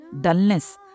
dullness